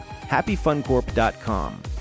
HappyFunCorp.com